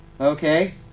Okay